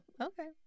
okay